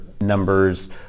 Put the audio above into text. numbers